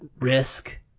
risk